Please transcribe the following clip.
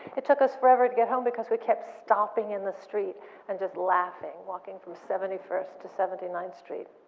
it took us forever to get home because we kept stopping in the street and just laughing, walking from seventy first to seventy ninth street.